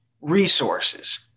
resources